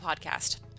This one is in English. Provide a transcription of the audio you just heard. Podcast